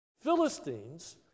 Philistines